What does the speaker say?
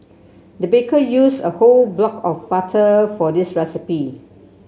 the baker used a whole block of butter for this recipe